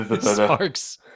sparks